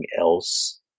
else